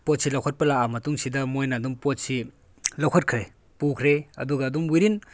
ꯄꯣꯠꯁꯦ ꯂꯧꯈꯠꯄ ꯂꯥꯛꯑꯕ ꯃꯇꯨꯡꯁꯤꯗ ꯃꯣꯏꯅ ꯑꯗꯨꯝ ꯄꯣꯠꯁꯤ ꯂꯧꯈꯠꯈ꯭ꯔꯦ ꯄꯨꯈ꯭ꯔꯦ ꯑꯗꯨꯒ ꯑꯗꯨꯝ ꯋꯤꯗꯤꯟ